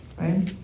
Right